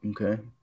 Okay